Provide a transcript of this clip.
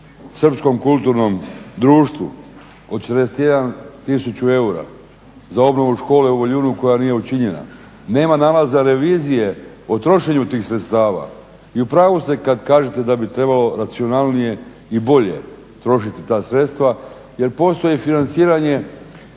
srpskom kulturnom društvu, od 41 tisuću eura za obnovu škole u Voljunu koja nije učinjena. Nema nalaza Revizije o trošenju tih sredstava i u pravu ste kad kažete da bi trebalo racionalnije i bolje trošiti ta sredstva jer postoji financiranje